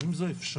האם זו אפשרות?